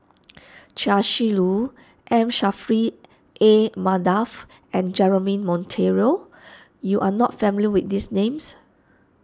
Chia Shi Lu M Saffri A Manaf and Jeremy Monteiro you are not familiar with these names